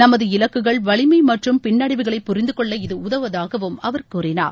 நமது இலக்குகள் வலிமை மற்றும் பின்னடைவுகளை புரிந்து கொள்ள இது உதவுவதாக அவர் கூறினார்